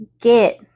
get